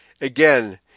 Again